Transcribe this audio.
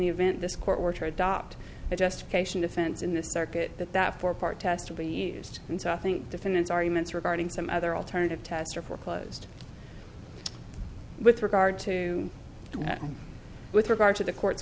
the event this court were to adopt a justification defense in the circuit that that part test to be used and so i think defendant's arguments regarding some other alternative tests are foreclosed with regard to with regard to the court